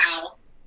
house